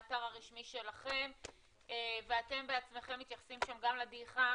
מהאתר הרשמי שלכם ואתם בעצמכם מתייחסים שם גם לדעיכה.